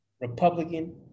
Republican